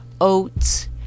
oats